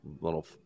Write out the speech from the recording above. little